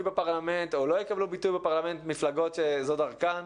בפרלמנט או לא יקבלו ביטוי בפרלמנט מפלגות שזו דרכן.